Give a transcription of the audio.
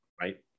right